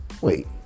wait